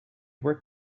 would